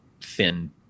thin